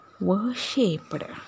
worshipped